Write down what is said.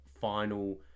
final